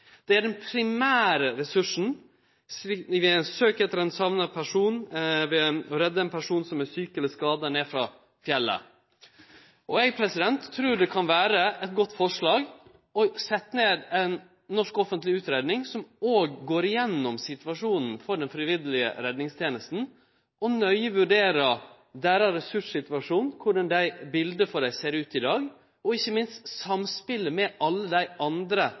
Det er den primære ressursen ved søk etter ein sakna person, ved å redde ein person som er sjuk eller skada ned frå fjellet. Eg trur det kan vere eit godt forslag å setje ned ei norsk offentlig utgreiing som òg går gjennom situasjonen for den frivillige redningstenesta, og nøye vurderer deira ressurssituasjon, korleis biletet for dei ser ut i dag, og ikkje minst samspelet deira med alle dei andre